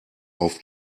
auf